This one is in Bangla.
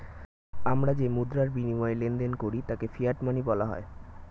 আমরা যেই মুদ্রার বিনিময়ে লেনদেন করি তাকে ফিয়াট মানি বলা হয়